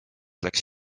läks